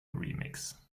remix